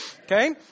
okay